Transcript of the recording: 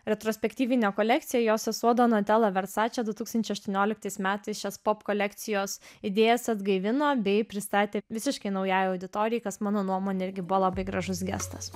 retrospektyvinę kolekciją jo sesuo donatelo versace du tūkstančiai aštuonioliktais metais šias pop kolekcijos idėjas atgaivino bei pristatė visiškai naujai auditorijai kas mano nuomone irgi buvo labai gražus gestas